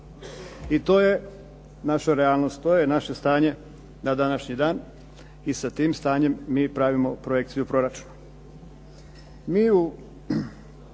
I to je naša realnost, to je naše stanje na današnji dan i sa tim stanjem mi pravimo projekciju proračuna.